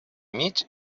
mig